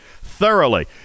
thoroughly